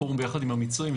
הפורום ביחד עם המצרים,